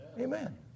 Amen